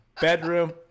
bedroom